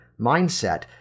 mindset